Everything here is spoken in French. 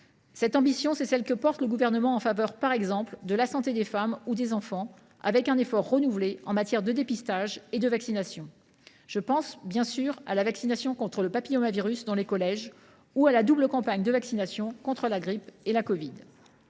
Cette ambition est celle que porte le Gouvernement en faveur, par exemple, de la santé des femmes et des enfants, avec un effort renouvelé en matière de dépistage et de vaccination. Je pense bien sûr à la vaccination contre le papillomavirus dans les collèges ou à la double campagne de vaccination contre la grippe et la covid